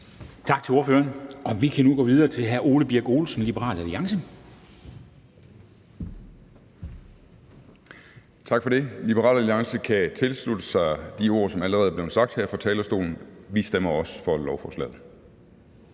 Tak til ordføreren. Vi kan nu gå videre til hr. Ole Birk Olesen, Liberal Alliance. Kl. 10:15 (Ordfører) Ole Birk Olesen (LA): Tak for det. Liberal Alliance kan tilslutte sig de ord, som allerede er blevet sagt her fra talerstolen. Vi stemmer også for lovforslaget.